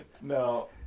No